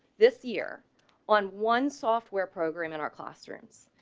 this year on one software program in our classrooms.